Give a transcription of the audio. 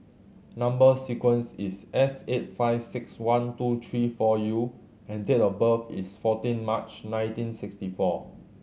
number sequence is S eight five six one two three four U and date of birth is fourteen March nineteen sixty four